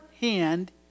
hand